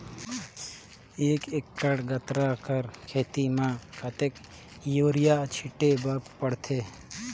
एक एकड़ गन्ना कर खेती म कतेक युरिया छिंटे बर पड़थे?